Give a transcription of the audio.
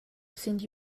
sind